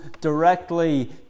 directly